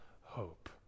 hope